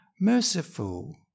merciful